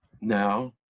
now